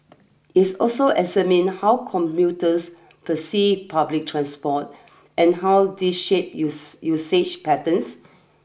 is also examined how commuters perceive public transport and how this shape use usage patterns